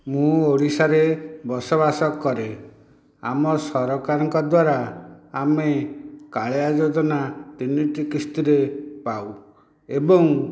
ମୁଁ ଓଡ଼ିଶାରେ ବସବାସ କରେ ଆମ ସରକାରଙ୍କ ଦ୍ୱାରା ଆମେ କାଳିଆ ଯୋଜନା ତିନୋଟି କିସ୍ତିରେ ପାଉ ଏବଂ